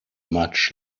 much